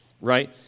right